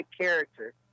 character